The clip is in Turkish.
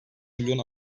milyon